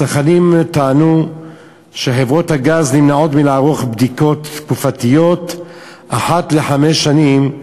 הצרכנים טענו שחברות הגז נמנעות מלערוך בדיקות תקופתיות אחת לחמש שנים,